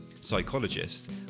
psychologist